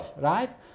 right